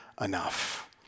enough